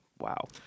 Wow